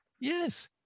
Yes